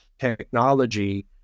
technology